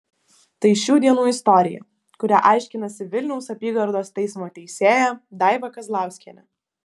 tai šių dienų istorija kurią aiškinasi vilniaus apygardos teismo teisėja daiva kazlauskienė